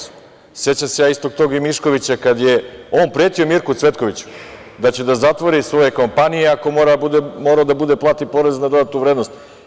Sećam se ja tog istog Miškovića kad je on pretio Mirku Cvetkoviću da će da zatvori svoje kompanije ako bude morao da plati porez na dodatu vrednost.